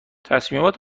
تصمیمات